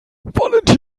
valentin